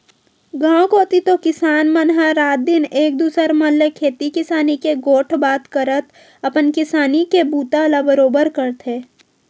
गाँव कोती तो किसान मन ह रात दिन एक दूसर मन ले खेती किसानी के गोठ बात करत अपन किसानी के बूता ला बरोबर करथे